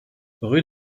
rue